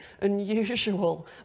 unusual